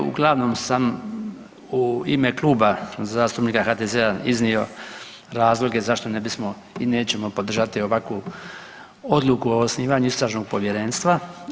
Uglavnom sam u ime Kluba zastupnika HDZ-a iznio razloge zašto ne bismo i nećemo podržati ovakvu odluku o osnivanju istražnog povjerenstva.